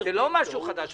זה לא משהו חדש.